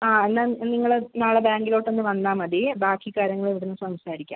ആ എന്നാൽ നിങ്ങൾ നാളെ ബാങ്കിലോട്ട് ഒന്ന് വന്നാൽ മതി ബാക്കി കാര്യങ്ങൾ ഇവിടുന്ന് സംസാരിക്കാം